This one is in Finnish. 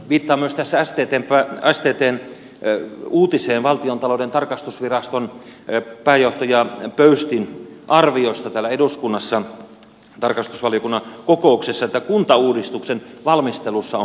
viittaan myös tässä sttn uutiseen valtiontalouden tarkastusviraston pääjohtaja pöystin arviosta täällä eduskunnassa tarkastusvaliokunnan kokouksessa että kuntauudistuksen valmistelussa on puutteita